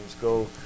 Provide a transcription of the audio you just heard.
go